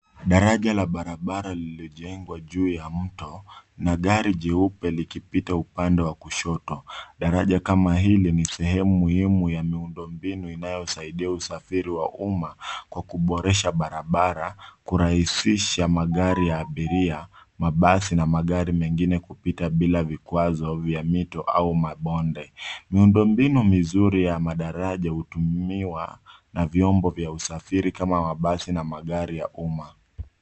Daraja la barabara lililojengwa juu ya mto na gari jeupe likipita upande wa kushoto. Daraja kama hili ni sehemu muhimu ya miundo mbinu inayosaidia usafiri wa umma kwa kuboresha barabara, kurahisisha magari ya abiria, mabasi na magari mengine kupita bila vikwazo vya mito au mabonde. Miundo mbinu mizuri ya madaraja hutumiwa na vyombo vya usafiri kama mabasi na magari ya umma.